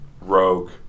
rogue